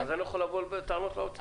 אז אני לא יכול לבוא בטענות לאוצר.